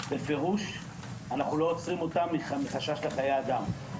היתה בפירוש שאנחנו לא עוצרים אותם מחשש לחיי אדם.